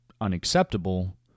unacceptable